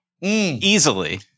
Easily